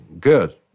good